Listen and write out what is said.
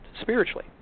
spiritually